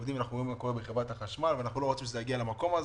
אנחנו רואים מה קורה בחברת החשמל ואנחנו לא רוצים שזה יגיע למקום הזה,